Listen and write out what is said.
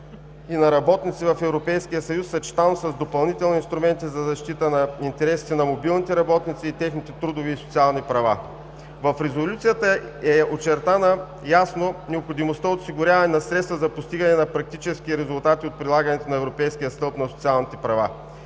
и на работници в Европейския съюз, съчетано с допълнителни инструменти за защита на интересите на мобилните работници и техните трудови и социални права. В резолюцията е очертана ясно необходимостта от осигуряване на средства за постигане на практически резултати от прилагането на европейския стълб на социалните права.